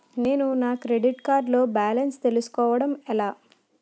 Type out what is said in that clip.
నేను నా credit card లో బాలన్స్ తెలుసుకోవడం ఎలా?